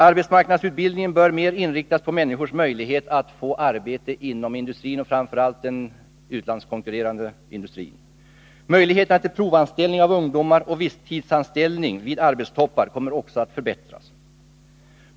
Arbetsmarknadsutbildningen bör mer inriktas på människors möjlighet att få arbete inom industrin, framför allt den utlandskonkurrerande industrin. Möjligheterna till provanställning av ungdomar och visstidsanställning vid arbetstoppar kommer också att förbättras.